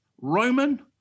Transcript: Roman